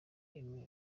emmy